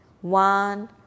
one